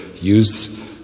use